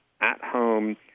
at-home